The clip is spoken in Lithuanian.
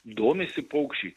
domisi paukščiais